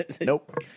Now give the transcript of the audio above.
nope